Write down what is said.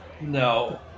no